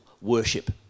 worship